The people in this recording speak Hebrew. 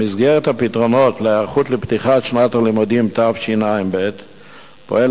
במסגרת הפתרונות להיערכות לפתיחת שנת הלימודים תשע"ב פועל